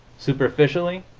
superficially,